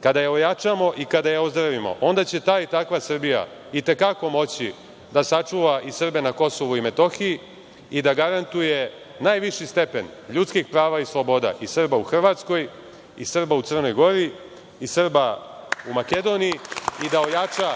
Kada je ojačamo i kada je ozdravimo, onda će ta i takva Srbija i te kako moći da sačuva i Srbe na Kosovu i Metohiji i da garantuje najviši stepen ljudskih prava i sloboda i Srba u Hrvatskoj, i Srba u Crnoj Gori, i Srba u Makedoniji, i da ojača